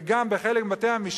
וגם בחלק מבתי-המשפט,